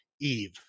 Eve